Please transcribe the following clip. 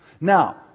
Now